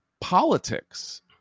politics